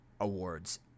awards